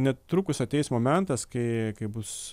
netrukus ateis momentas kai kai bus